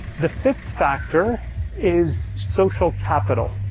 the fifth factor is social capital.